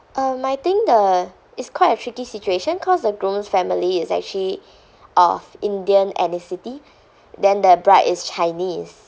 um I think the it's quite a tricky situation cause the groom's family is actually of indian ethnicity then the bride is chinese